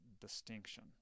distinction